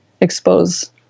expose